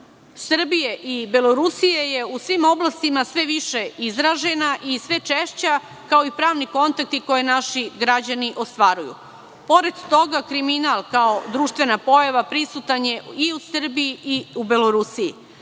Srbije i Belorusije je u svim oblastima sve više izražena i sve češća, kao i pravni kontakti koje naši građani ostvaruju. Pored toga kriminal kao društvena pojava prisutan je i u Srbiji i u Belorusiji.